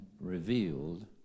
revealed